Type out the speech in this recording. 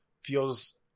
feels